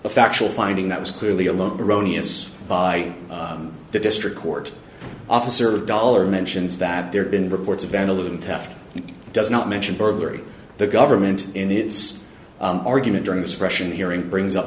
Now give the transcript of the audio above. a factual finding that was clearly a lot erroneous by the district court officer dollar mentions that there have been reports of vandalism theft does not mention burglary the government in its argument during the suppression hearing brings up